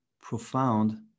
profound